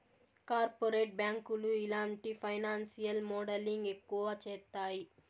corporate బ్యాంకులు ఇలాంటి financial modelling ఎక్కువ చేత్తాయి